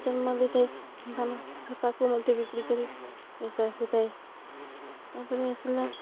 ଜନ୍ମ ଦେଇଥାଏ ସନ୍ତାନ ତାକୁ ମଧ୍ୟ ବିକ୍ରି କରି ପଇସା ଆସିଥାଏ ତା'ପରେ ଆସିଲା